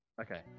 Okay